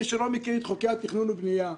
מי שלא מכיר את חוקי התכנון והבנייה,